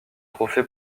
trophée